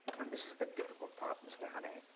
and this is the difficult part, mr. honey,